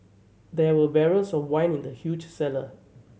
there were barrels of wine in the huge cellar